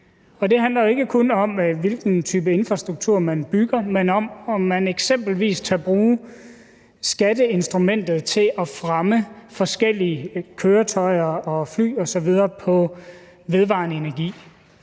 det handler jo ikke kun om, hvilken type infrastruktur man bygger, men om, om man eksempelvis tør bruge skatteinstrumentet til at fremme forskellige køretøjer og fly osv. på vedvarende energi.